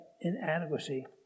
inadequacy